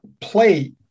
play